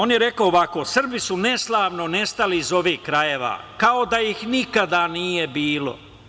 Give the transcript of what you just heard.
On je rekao ovako: "Srbi su neslavno nestali iz ovih krajeva kao da ih nikada nije bilo.